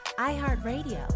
iHeartRadio